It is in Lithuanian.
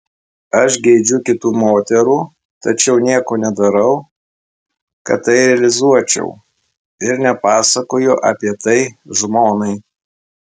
aš geidžiu kitų moterų tačiau nieko nedarau kad tai realizuočiau ir nepasakoju apie tai žmonai